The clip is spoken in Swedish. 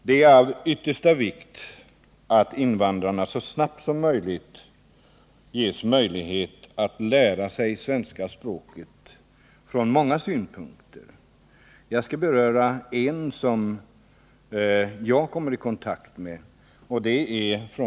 Det är från många synpunkter av yttersta vikt att invandrarna så snabbt som möjligt ges möjlighet att lära sig svenska språket. Jag skall beröra det område jag kommer i kontakt med, nämligen det fackliga.